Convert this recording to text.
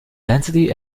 density